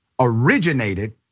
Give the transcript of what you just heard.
originated